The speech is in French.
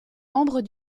membre